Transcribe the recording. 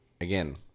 again